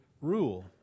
rule